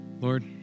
Lord